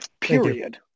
Period